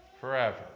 forever